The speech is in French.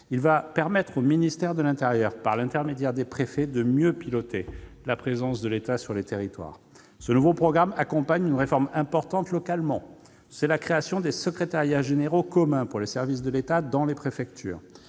des préfets, le ministère de l'intérieur sera ainsi en mesure de mieux piloter la présence de l'État dans les territoires. Ce nouveau programme accompagne une réforme importante localement : je veux parler de la création des secrétariats généraux communs pour les services de l'État dans les préfectures.